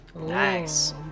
Nice